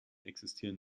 existieren